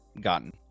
gotten